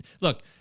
Look